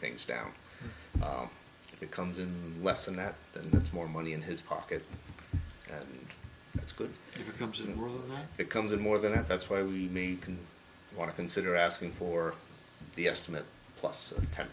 things down it comes in less and that it's more money in his pocket that's good comes in the world it comes in more than it that's why we can want to consider asking for the estimate plus ten